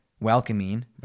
welcoming